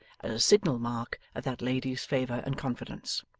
as a signal mark of that lady's favour and confidence.